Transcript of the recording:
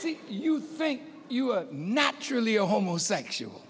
see you think you are not actually a homosexual